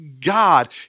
God